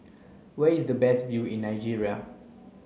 where is the best view in Nigeria